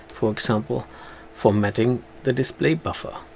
for example formatting the display buffer.